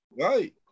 Right